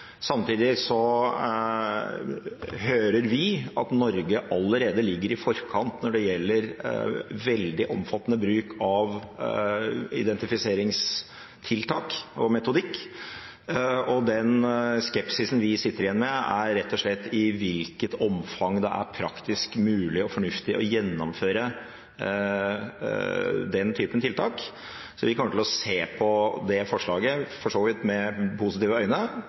Samtidig hører vi at Norge allerede ligger i forkant når det gjelder veldig omfattende bruk av identifiseringstiltak og -metodikk, og den skepsisen vi sitter igjen med, gjelder rett og slett i hvilket omfang det er praktisk mulig og fornuftig å gjennomføre den typen tiltak. Vi kommer til å se på forslaget med positive øyne,